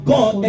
God